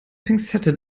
pinzette